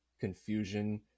confusion